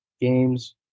games